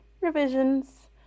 revisions